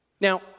Now